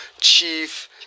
Chief